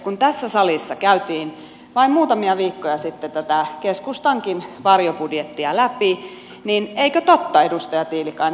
kun tässä salissa käytiin vain muutamia viikkoja sitten tätä keskustankin varjobudjettia läpi niin eikö totta edustaja tiilikainen